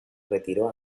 retiró